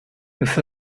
with